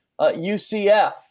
UCF